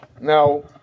Now